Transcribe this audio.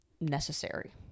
necessary